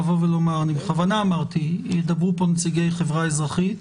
בכוונה אמרתי שידברו פה נציגי חברה אזרחית,